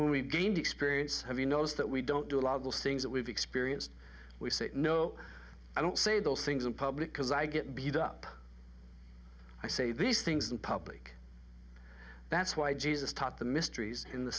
we've gained experience of you knows that we don't do a lot of those things that we've experienced we say no i don't say those things in public because i get beat up i say these things in public that's why jesus taught the mysteries in the